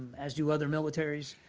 as do other militaries.